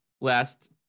last